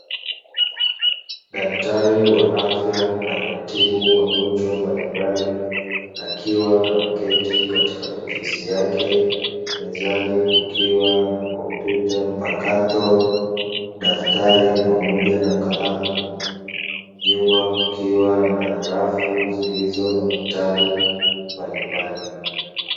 Daktari wa afya anaye tibu magonjwa mbalimbali akiwa ameketi katika ofisi yake mezani kukiwa na kompyuta mpakato, daftari pamoja na kalamu nyuma kukiwa na rafu zilizo na vitabu mbalimbali.